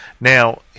Now